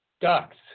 Ducks